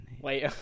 Wait